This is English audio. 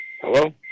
Hello